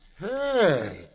Hey